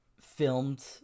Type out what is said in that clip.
filmed